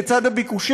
לצד הביקוש.